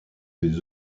des